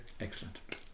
Excellent